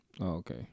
okay